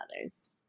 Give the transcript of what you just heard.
others